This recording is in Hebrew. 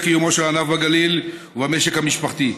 קיומו של הענף במשק המשפחתי בגליל.